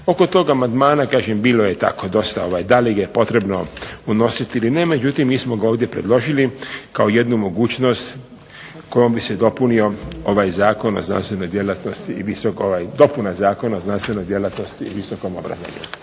Oko tog amandmana kažem bilo je tako dosta da li ga je potrebno unositi ili ne, međutim mi smo ga ovdje predložili kao jednu mogućnost kojom bi se dopunio ovaj Zakon o znanstvenoj djelatnosti, dopuna Zakona